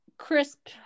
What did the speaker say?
Crisp